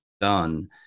done